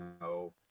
no